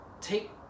take